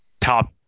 top